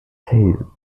tale